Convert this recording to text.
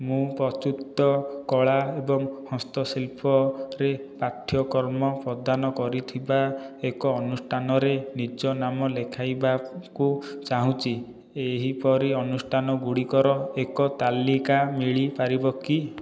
ମୁଁ ପ୍ରଯୁକ୍ତ କଳା ଏବଂ ହସ୍ତଶିଳ୍ପରେ ପାଠ୍ୟକ୍ରମ ପ୍ରଦାନ କରୁଥିବା ଏକ ଅନୁଷ୍ଠାନରେ ନିଜ ନାମ ଲେଖାଇବାକୁ ଚାହୁଁଛି ଏହିପରି ଅନୁଷ୍ଠାନଗୁଡ଼ିକର ଏକ ତାଲିକା ମିଳିପାରିବ କି